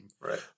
Right